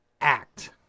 act